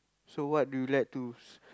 so what do you like to s~